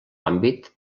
àmbit